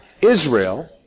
Israel